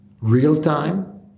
real-time